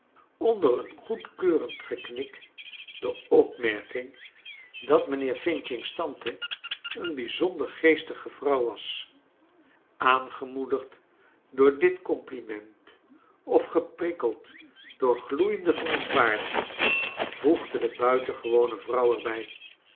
onder een goedkeurend geknik de opmerking dat mijnheer f's tante een bijzonder geestige vrouw was aangemoedigd door dit compliment of geprikkeld door gloeiende verontwaardiging voegde de buitengewone vrouw er